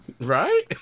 Right